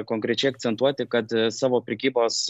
konkrečiai akcentuoti kad savo prekybos